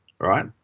right